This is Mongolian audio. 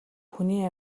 хүний